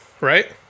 Right